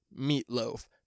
Meatloaf